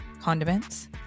condiments